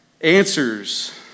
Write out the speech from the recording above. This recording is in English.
answers